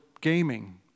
gaming